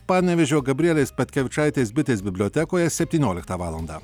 panevėžio gabrielės petkevičaitės bitės bibliotekoje septynioliktą valandą